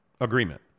agreement